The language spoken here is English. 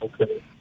Okay